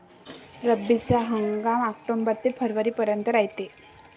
रब्बीचा हंगाम आक्टोबर ते फरवरीपर्यंत रायते